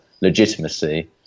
legitimacy